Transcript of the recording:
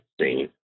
seen